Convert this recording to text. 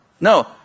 No